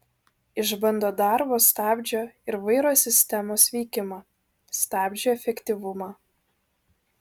išbando darbo stabdžio ir vairo sistemos veikimą stabdžių efektyvumą